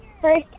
first